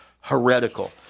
heretical